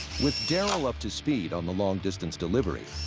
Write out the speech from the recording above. with daryl up to speed on the long distance delivery,